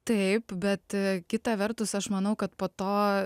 taip bet kita vertus aš manau kad po to